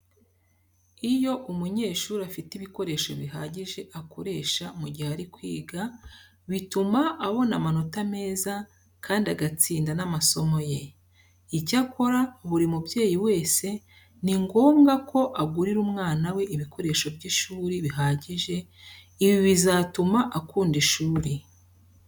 Iyo umunyeshuri afite ibikoresho bihagije akoresha mu gihe ari kwiga bituma abona amanota meza kandi agatsinda n'amasomo ye. Icyakora buri mubyeyi wese ni ngombwa ko agurira umwana we ibikoresho by'ishuri bihagije, ibi bizatuma akunda ishuri.